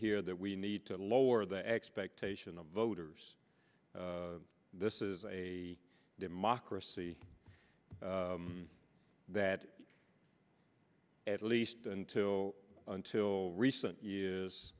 hear that we need to lower the expectation of voters this is a democracy that at least until until recent is